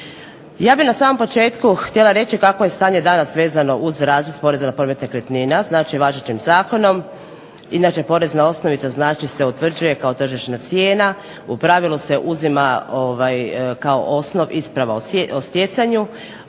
Ja bih na samom početku htjela reći kakvo je stanje danas vezano uz …/Ne razumije se./… poreza na promet nekretnina, znači važećim zakonom. Inače porezna osnovica znači se utvrđuje kao tržišna cijena, u pravilu se uzima kao isprava o stjecanju